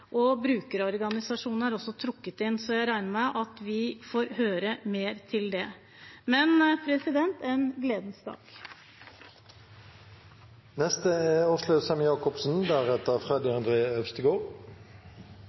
Brukerorganisasjonene er også trukket inn. Så jeg regner med at vi får høre mer om det. Men en gledens dag er